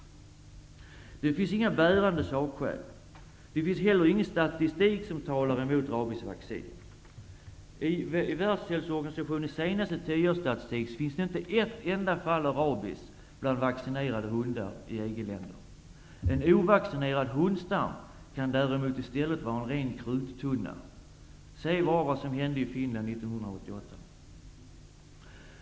Det finns inga bärande sakskäl. Det finns inte heller någon statistik som talar emot rabiesvaccin. I Världshälsoorganisationens senaste tioårsstatistik finns inte ett enda fall av rabies bland vaccinerade hundar i EG-länder. En ovaccinerad hundstam kan däremot vara en ren kruttunna. Se vad som hände i Finland 1988.